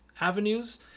avenues